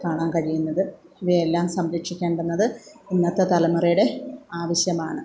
കാണാൻ കഴിയുന്നത് ഇവയെല്ലാം സംരക്ഷിക്കേണ്ടുന്നത് ഇന്നത്തെ തലമുറയുടെ ആവശ്യമാണ്